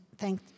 Thank